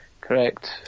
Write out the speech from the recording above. correct